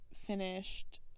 finished